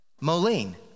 Moline